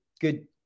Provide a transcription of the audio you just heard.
good